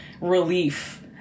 relief